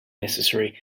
necessary